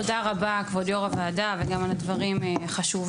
תודה רבה כבוד יו"ר הוועדה וגם על הדברים החשובים.